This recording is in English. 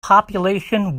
population